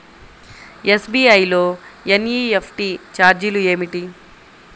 SBI లో NEFT ఛార్జీలు ఏమిటి?